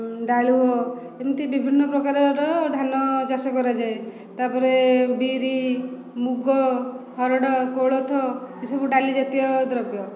ଡ଼ାଳୁଅ ଏମିତି ବିଭିନ୍ନ ପ୍ରକାରର ଧାନ ଚାଷ କରାଯାଏ ତାପରେ ବିରି ମୁଗ ହରଡ଼ କୋଳଥ ଏସବୁ ଡ଼ାଲି ଜାତୀୟ ଦ୍ରବ୍ୟ